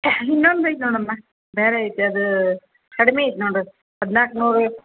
ಇನ್ನೊಂದು ಆಯ್ತು ನೋಡಮ್ಮ ಬೇರೆ ಆಯ್ತು ಅದು ಕಡ್ಮೆ ಆಯ್ತು ನೋಡಿರಿ ಹದ್ನಾಲ್ಕು ನೂರು